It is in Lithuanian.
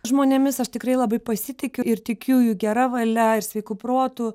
žmonėmis aš tikrai labai pasitikiu ir tikiu jų gera valia ir sveiku protu